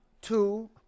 two